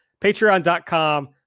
patreon.com